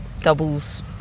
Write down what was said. doubles